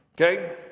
Okay